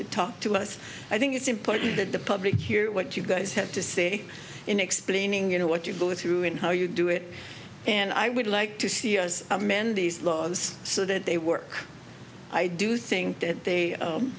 to talk to us i think it's important that the public hear what you guys have to say in explaining you know what you believe through and how you do it and i would like to see you as a man these laws so that they work i do think that they